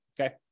okay